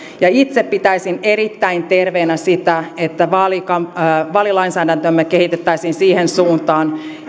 itse pitäisin erittäin terveenä sitä että vaalilainsäädäntöämme kehitettäisiin siihen suuntaan